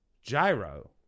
Gyro